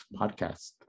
Podcast